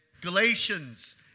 Galatians